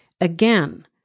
Again